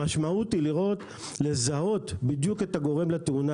המשמעות היא לזהות בדיוק את הגורם לתאונה.